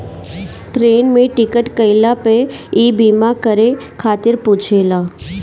train में ticket कईला पअ इ बीमा करे खातिर पुछेला